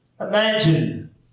Imagine